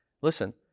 listen